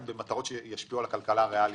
במטרות שישפיעו על הכלכלה הריאלית,